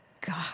God